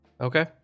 Okay